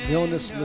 Illness